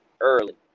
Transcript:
early